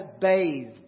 bathed